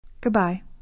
Goodbye